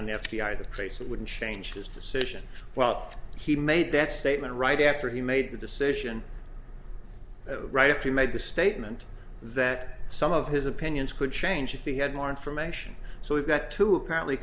on the f b i the trace it wouldn't change his decision well he made that statement right after he made the decision right after he made the statement that some of his opinions could change if he had more information so we've got to apparently